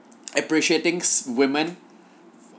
appreciating women